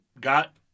got